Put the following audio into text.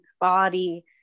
body